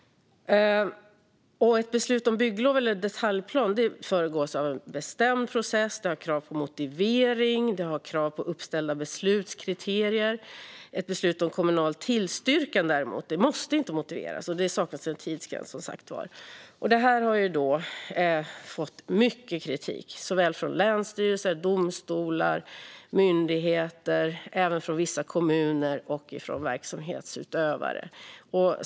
Ett beslut om bygglov eller detaljplan föregås av en bestämd process med krav på motivering och uppställda beslutskriterier. Ett beslut om kommunal tillstyrkan, däremot, måste inte motiveras, och tidsgräns saknas, som sagt. Detta har fått mycket kritik, från länsstyrelser, domstolar, myndigheter, vissa kommuner och verksamhetsutövare.